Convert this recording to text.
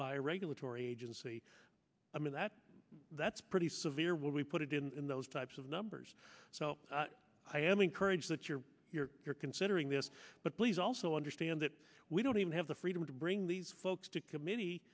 a regulatory agency i mean that that's pretty severe where we put it in those types of numbers so i am encouraged that you're you're considering this but please also understand that we don't even have the freedom to bring these folks to committee